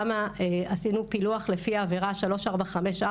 עשינו פילוח לפי העבירה 3454